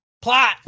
Plot